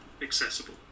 accessible